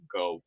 go